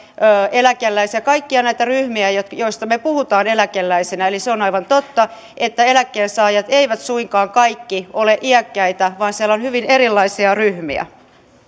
eläkeläisiä kaikkia näitä ryhmiä joista joista me puhumme eläkeläisinä eli se on aivan totta että eläkkeensaajat eivät suinkaan kaikki ole iäkkäitä vaan siellä on hyvin erilaisia ryhmiä